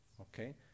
Okay